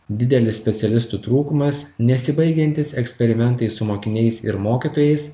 didelis specialistų trūkumas nesibaigiantys eksperimentai su mokiniais ir mokytojais